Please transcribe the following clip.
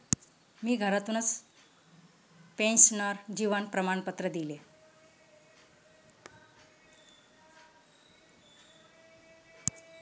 मी घरातूनच पेन्शनर जीवन प्रमाणपत्र दिले